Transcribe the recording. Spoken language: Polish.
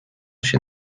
się